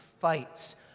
fights